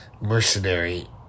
mercenary